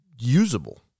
usable